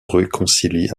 réconcilie